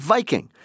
Viking